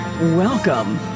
Welcome